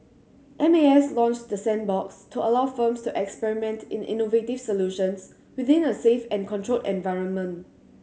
M A S launched the sandbox to allow firms to experiment in innovative solutions within a safe and controlled environment